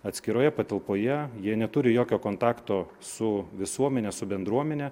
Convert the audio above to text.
atskiroje patalpoje jie neturi jokio kontakto su visuomene su bendruomene